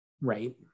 Right